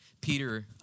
Peter